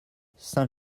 saint